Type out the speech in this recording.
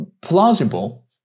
plausible